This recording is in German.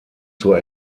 zur